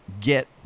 get